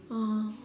oh